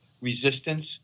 resistance